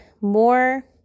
more